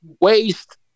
waste